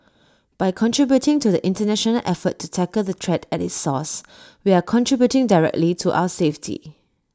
by contributing to the International effort to tackle the threat at its source we are contributing directly to our safety